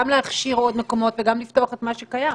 גם להכשיר עוד מקומות וגם לפתוח את מה שקיים.